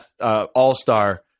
all-star